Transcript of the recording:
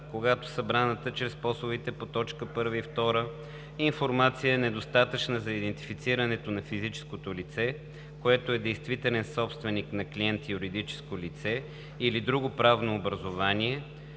„когато събраната чрез способите по т. 1 и 2 информация е недостатъчна за идентифицирането на физическото лице, което е действителен собственик на клиент – юридическо лице или друго правно образувание,